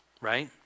right